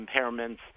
impairments